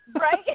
Right